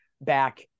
back